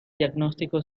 diagnóstico